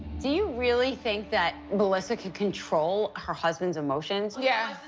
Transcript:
do you really think that melissa can control her husband's emotions? yeah,